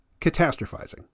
catastrophizing